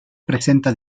presenta